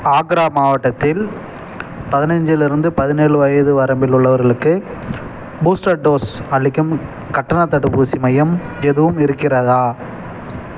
ஆக்ரா மாவட்டத்தில் பதினஞ்சிலேருந்து பதினேழு வயது வரம்பில் உள்ளவர்களுக்கு பூஸ்டர் டோஸ் அளிக்கும் கட்டணத் தடுப்பூசி மையம் எதுவும் இருக்கிறதா